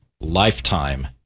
lifetime